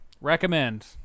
Recommend